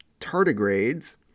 tardigrades